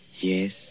Yes